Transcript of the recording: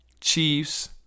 Chiefs